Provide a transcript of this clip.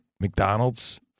McDonald's